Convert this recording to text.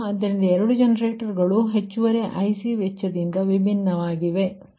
ಆದ್ದರಿಂದ 2 ಜನರೇಟರ್ಗಳು ಹೆಚ್ಚುವರಿ IC ವೆಚ್ಚದಿಂದ ವಿಭಿನ್ನವಾಗಿದೆ